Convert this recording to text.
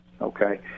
okay